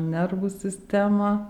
nervų sistemą